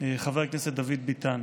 חבר הכנסת דוד ביטן.